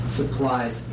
supplies